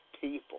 people